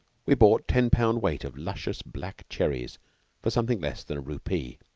we bought ten-pound weight of luscious black cherries for something less than a rupee,